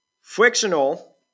frictional